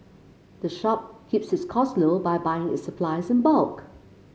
the shop keeps its costs low by buying its supplies in bulk